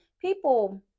people